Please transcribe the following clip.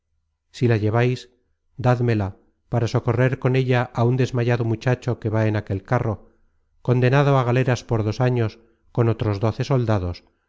si la llevais dádmela para socorrer con ella á un desmayado muchacho que va en aquel carro condenado á galeras por dos años con otros doce soldados